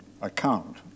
account